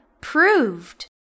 proved